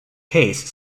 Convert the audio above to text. case